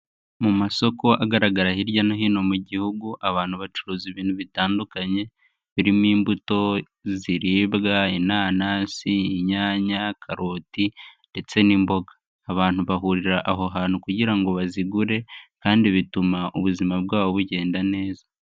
Mu masoko agaragara hirya no hino mu gihugu, abantu bacuruza ibintu bitandukanye, birimo imbuto ziribwa inanasi, inyanya, karoti ndetse n'imboga. Abantu bahurira aho hantu kugira ngo bazigure, kandi bituma ubuzima bwabo bugenda neza.